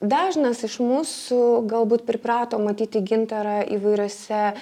dažnas iš mūsų galbūt priprato matyti gintarą įvairiose